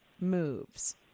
Moves